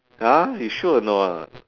!huh! you sure or not